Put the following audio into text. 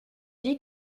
dit